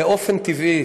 באופן טבעי,